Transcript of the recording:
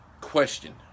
question